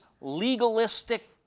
legalistic